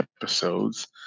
episodes